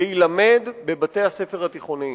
להילמד בבתי-הספר התיכוניים.